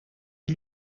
est